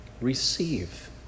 receive